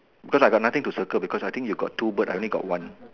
because I got nothing to circle because I think you got two bird I only got one